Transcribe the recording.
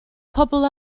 pobl